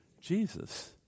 Jesus